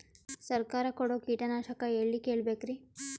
ಸರಕಾರ ಕೊಡೋ ಕೀಟನಾಶಕ ಎಳ್ಳಿ ಕೇಳ ಬೇಕರಿ?